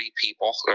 people